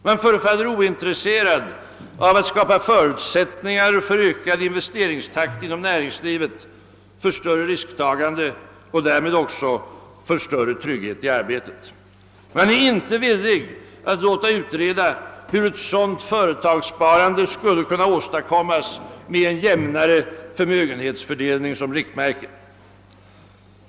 Man förefaller ointresserad av att skapa förutsättningar för en ökad investeringstakt inom näringslivet, för ett större risktagande och därmed också för större trygghet i arbetet. Man är inte villig att låta utreda hur ett sådant företagssparande skulle kunna åstadkommas med en jämnare förmögenhetsfördelning som riktmärke.